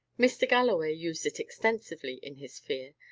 mr. galloway used it extensively in his fear,